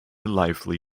lively